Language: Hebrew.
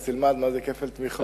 ואז תלמד מה זה כפל תמיכות.